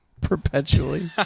Perpetually